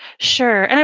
sure. and